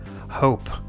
hope